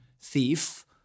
thief